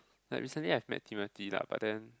like recently I've met Timothy lah but then